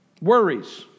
Worries